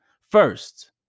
First